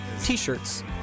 t-shirts